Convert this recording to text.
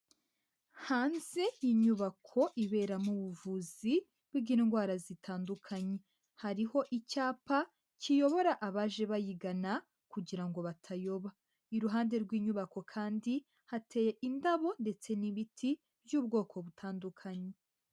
Hanze y'inyubako ibera mu buvuzi bw'indwara zitandukanye, hariho icyapa kiyobora abaje bayigana kugira ngo batayoba, iruhande rw'inyubako kandi hateye indabo ndetse n'ibiti by'ubwoko butandukanye.